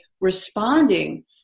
responding